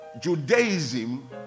Judaism